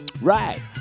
Right